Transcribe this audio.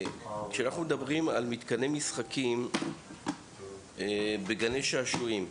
כשאנחנו מדברים על מתקני משחקים בגני שעשועים,